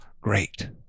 great